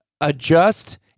adjust